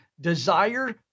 desire